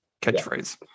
catchphrase